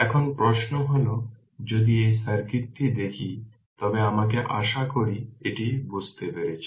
এখন প্রশ্ন হল যদি এই সার্কিটটি দেখি তবে আমাকে আশা করি এটি বুঝতে পেরেছে